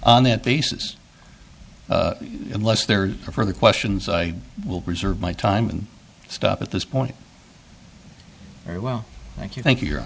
on that basis unless there are further questions i will reserve my time and stop at this point very well thank you thank you